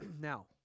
Now